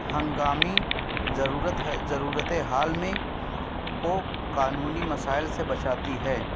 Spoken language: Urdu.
ہنگامی ضرورت ضرورت حال میں کو قانونی مسائل سے بچاتی ہے